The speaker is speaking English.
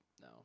No